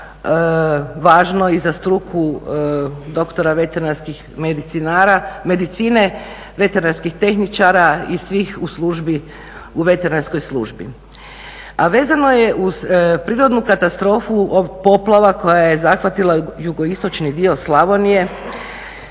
važno i za struku doktora veteranskih medicinara, medicine veteranskih tehničara i svih u službi, u veterinarskoj službi. A vezano je uz prirodnu katastrofu poplava koja je zahvatila jugoistočni dio Slavonije,